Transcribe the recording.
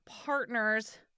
Partners